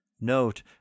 Note